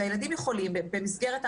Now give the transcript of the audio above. שהילדים יכולים במסגרת ההנחיות,